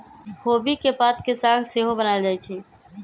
खोबि के पात के साग सेहो बनायल जाइ छइ